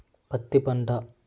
పత్తి పంట